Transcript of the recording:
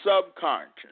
subconscious